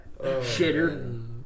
Shitter